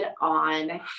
on